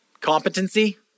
Competency